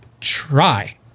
try